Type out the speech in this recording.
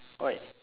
why